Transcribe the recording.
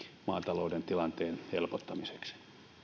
maatalouden tilanteen helpottamiseksi